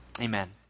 Amen